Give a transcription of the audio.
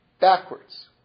backwards